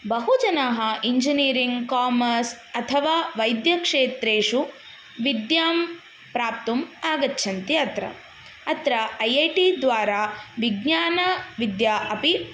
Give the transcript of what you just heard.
बहुजनाः engineering commerce अथवा वैद्यक्षेत्रेषु विद्यां प्राप्तुम् आगच्छन्ति अत्र अत्र ऐ ऐ टी द्वारा विज्ञानविद्या अपि